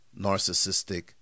narcissistic